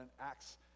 Acts